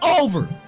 over